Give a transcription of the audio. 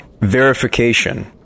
verification